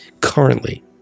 currently